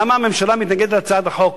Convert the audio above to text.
למה הממשלה מתנגדת להצעת החוק?